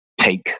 take